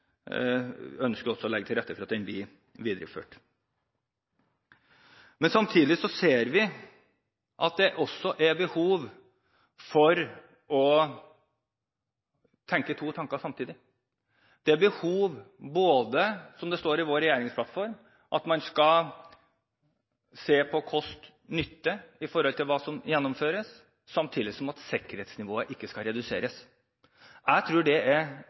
ønsker vi å legge til rette for at den blir videreført. Men samtidig ser vi at det er behov for å tenke to tanker samtidig. Det er behov for, som det står i vår regjeringsplattform, å se på kost–nytte i forhold til hva som gjennomføres, samtidig som sikkerhetsnivået ikke skal reduseres. Jeg tror det er